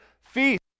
Feast